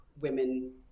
women